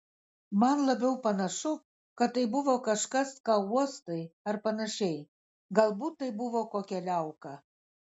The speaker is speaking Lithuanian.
man labiau panašu kad tai buvo kažkas ką uostai ar panašiai galbūt tai buvo kokia liauka